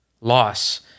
loss